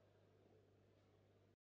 Дякую